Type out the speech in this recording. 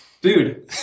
Dude